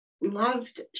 loved